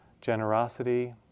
generosity